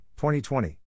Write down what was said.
2020